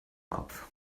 kopf